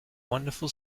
wonderful